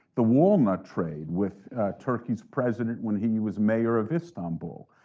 the walnut trade with turkey's president when he was mayor of istanbul,